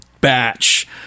batch